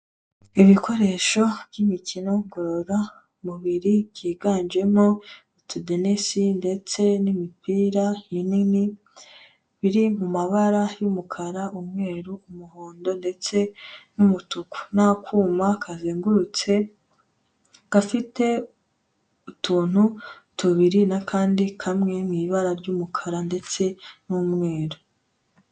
Ibikoresho by'imikino ngororamubiri byiganjemo utudenesi ndetse n'imipira minini, biri mu mabara y'umukara, umweru, umuhondo ndetse n'umutuku n'akuma kazengurutse, gafite utuntu tubiri n'akandi kamwe mu ibara ry'umukara ndetse n'umweru.